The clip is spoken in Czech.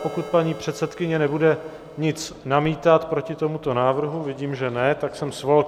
Pokud paní předsedkyně nebude nic namítat proti tomuto návrhu vidím, že ne, tak jsem svolal kolegy do sálu.